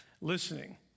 listening